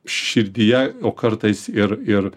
širdyje o kartais ir ir